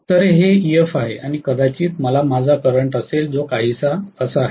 तर हे Ef आहे आणि कदाचित मला माझा करंट असेल जो काहीसा असा आहे